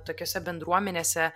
tokiose bendruomenėse